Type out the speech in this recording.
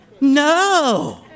No